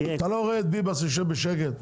אתה לא רואה שביבס יושב בשקט?